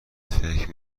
فکر